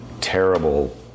terrible